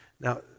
Now